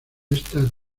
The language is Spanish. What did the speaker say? estas